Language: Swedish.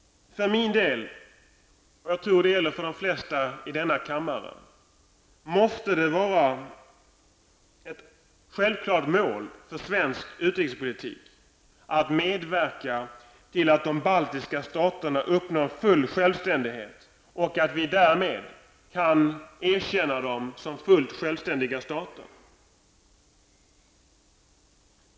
För min del, och jag tror att det gäller för de flesta i denna kammare, är det ett självklart mål för svensk utrikespolitik att medverka till att de baltiska staterna uppnår full självständighet och att vi därmed kan erkänna dem som fullt självständiga stater.